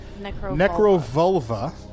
Necro-vulva